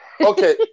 Okay